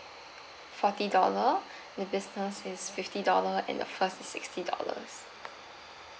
forty dollar the business is fifty dollar and the first is sixty dollars